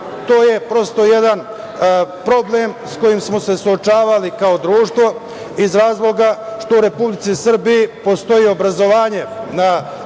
To je jedan problem s kojim smo se suočavali kao društvo iz razloga što u Republici Srbiji postoji obrazovanje na